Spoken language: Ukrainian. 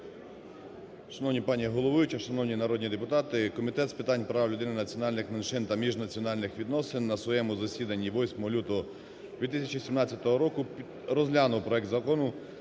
Шановна пані головуюча, шановні народні депутати, Комітет з питань прав людини, національних меншин та міжнаціональних відносин на своєму засіданні 8 лютого 2017 року розглянув проект Закону